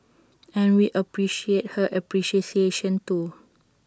and we appreciate her appreciation too